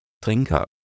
Trinker